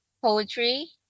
poetry